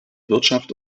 wirtschaft